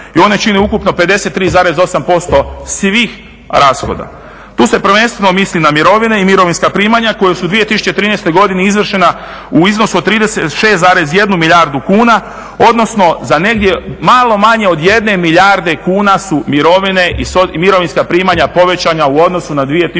i one čine ukupno 53,8% svih rashoda. Tu se prvenstveno misli na mirovine i mirovinska primanja koja su u 2013. godini izvršena u iznosu od 36,1 milijardu kuna, odnosno za negdje malo manje od jedne milijarde kuna su mirovine i mirovinska primanja povećana u odnosu na 2012. godinu